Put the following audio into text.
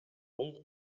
бул